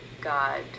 God